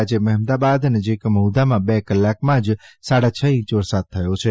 આજે મહેમદાવાદ નજીક મહુધામાં બે કલાકમાં જ સાડા છ ઇંચ વરસાદ થયો છે